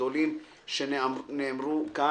הגדולים שנאמרו כאן.